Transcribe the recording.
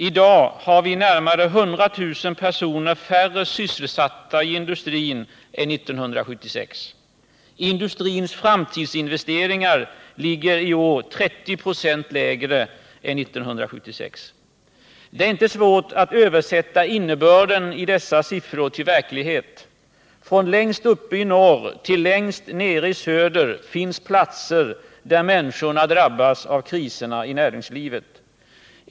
I dag har vi närmare 100 000 personer färre sysselsatta i industrin än 1976. Industrins framtidsinvesteringar ligger i år 30 96 lägre än 1976. Det är inte svårt att översätta innebörden i dessa siffror till verklighet. Från längst uppe i norr till längst nere i söder finns platser där människorna drabbas av kriserna i näringslivet.